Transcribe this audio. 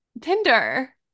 Tinder